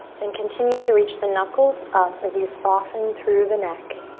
then continue to reach the knuckles up as you soften through the neck.